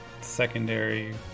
secondary